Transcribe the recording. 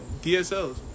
DSLs